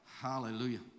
Hallelujah